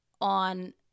on